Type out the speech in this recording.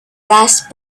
last